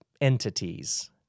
entities